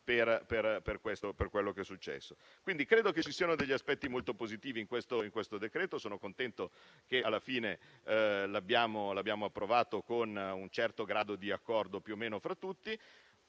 per quello che è successo. Credo quindi che ci siano aspetti molto positivi in questo decreto-legge e sono contento che alla fine l'abbiamo esaminato con un certo grado di accordo, più o meno fra tutti.